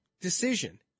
decision